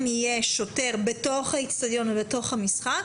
יהיה שוטר בתוך האצטדיון ובתוך המשחק,